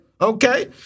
okay